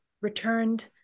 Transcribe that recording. returned